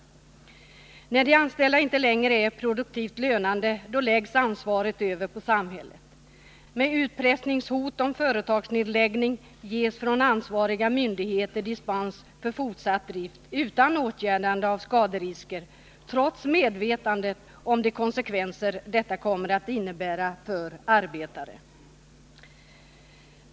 När de anställda inte längre är produktivt lönande, då läggs ansvaret över på samhället. Med utpressningshot om företagsnedläggning ges från ansvariga myndigheter dispens för fortsatt drift utan åtgärdande av skaderisker, trots medvetande om de konsekvenser detta kommer att innebära för arbetare.